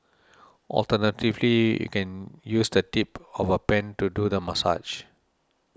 alternatively you can use the tip of a pen to do the massage